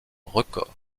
records